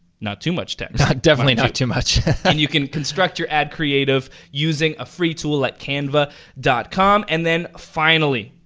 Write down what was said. not too much text. definitely not too much. and you can construct your ad creative using a free tool at canva com. and then finally,